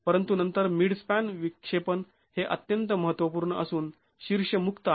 परंतु नंतर मिडस्पॅन विक्षेपण हे अत्यंत महत्त्वपूर्ण असून शीर्ष मुक्त आहे